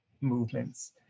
movements